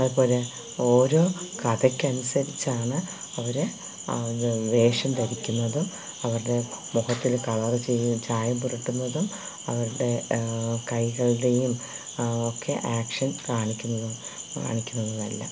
അതുപോലെ ഓരോ കഥക്ക് അനുസരിച്ചാണ് അവർ അത് വേഷം ധരിക്കുന്നതും അവരുടെ മുഖത്തിൽ കളർ ചെയ്യും ചായം പുരട്ടുന്നതും അവരുടെ കൈകളുടേയും ഒക്കെ ആക്ഷൻ കാണിക്കുന്നതും കാണിക്കുന്നതും എല്ലാം